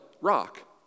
rock